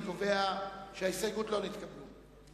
אני קובע שההסתייגות לא נתקבלה.